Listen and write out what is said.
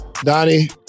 Donnie